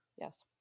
Yes